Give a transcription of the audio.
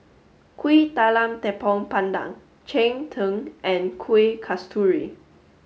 Kuih Talam Tepong Pandan Cheng Tng and Kuih Kasturi